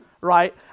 right